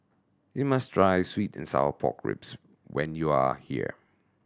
you must try sweet and sour pork ribs when you are here